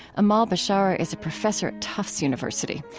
amahl bishara is a professor at tufts university.